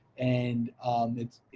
and it's,